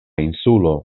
insulo